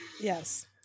Yes